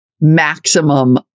maximum